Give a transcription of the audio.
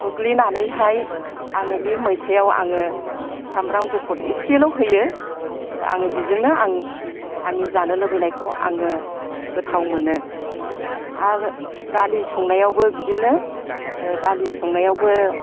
थुग्लिनानैहाय आङो बै मैथायाव आङो सामब्राम गुफुर एसेल' होयो आं बिजोंनो आंनि जानो लुबैनायखौ आङो गोथाव मोनो आं दालि संनायावबो बिदिनो दालि संनायावबो